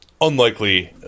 unlikely